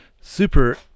super